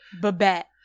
Babette